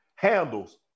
Handles